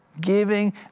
Giving